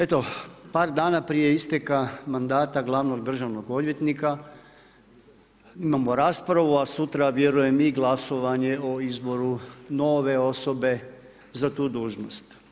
Eto, par dana prije isteka mandata glavnog državnog odvjetnika, imamo raspravu, a sutra, vjerujem i glasovanje o izboru nove osobe za tu dužnost.